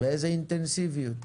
באיזו אינטנסיביות.